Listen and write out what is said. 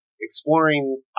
exploring